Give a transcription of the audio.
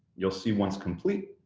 you'll see one's complete,